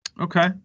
Okay